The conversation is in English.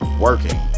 working